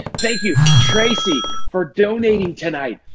thank you tracy for donating tonight.